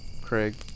Craig